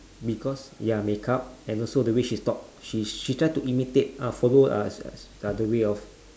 because ya makeup and also the ways she talks she she try to imitate ah follow uh the way of